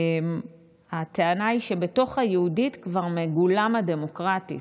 הטענה היא שבתוך ה"יהודית" כבר מגולם ה"דמוקרטית".